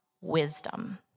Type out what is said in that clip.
wisdom